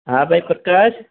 हा भाई प्रकाश